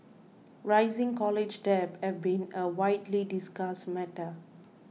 rising college debt have been a widely discussed matter